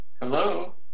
Hello